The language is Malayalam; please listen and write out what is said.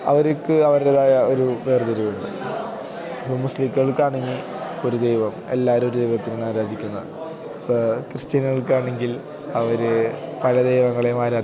അവർക്ക് അവരുടേതായ ഒരു വേർതിരുവുണ്ട് ഇപ്പം മുസ്ലീങ്ങൾക്കാണെങ്കിൽ ഒരു ദൈവം എല്ലാവരുമൊരു ദൈവത്തിനിങ്ങനാരാധിക്കുന്നു ഇപ്പം ക്രിസ്ത്യാനികൾക്കാണെങ്കിൽ അവർ പല ദൈവങ്ങളെയും ആരാധിക്കും